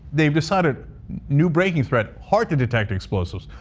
they've decided new breaking threat, hard to detect explosives.